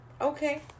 Okay